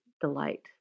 delight